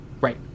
Right